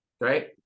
Right